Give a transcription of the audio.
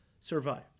survive